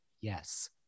yes